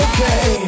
Okay